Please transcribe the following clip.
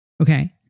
Okay